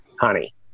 honey